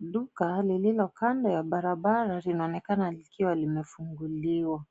Duka lililokando ya barabara linaonekana likiwa limefunguliwa.